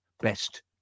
best